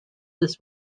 this